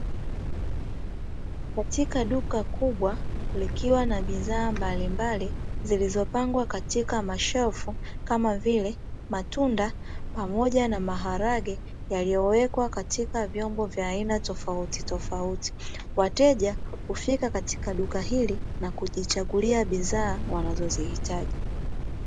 Katika duka kubwa likiwa na bidhaa mbalimbali zilizopangwa katika masheflu kama vile, matunda pamoja na maharage yaliyowekwa katika vyombo vya aina tofauti tofauti. Wateja kufika katika duka hili na kujichagulia bidhaa wanazozihitaji.